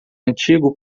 antigo